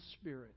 spirit